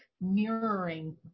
mirroring